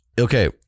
Okay